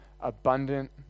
Abundant